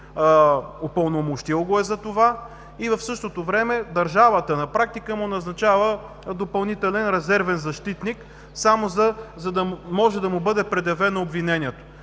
упълномощил го е за това, а в същото време държавата на практика му назначава допълнителен резервен защитник само за да могат да му бъдат предявени обвиненията.